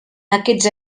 aquests